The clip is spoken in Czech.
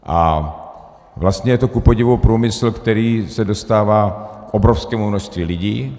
A vlastně je to kupodivu průmysl, který se dostává k obrovskému množství lidí.